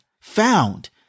Found